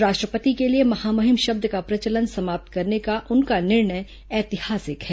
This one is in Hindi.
राष्ट्रपति के लिए महामहिम शब्द का प्रचलन समाप्त करने का उनका निर्णय ऐतिहासिक है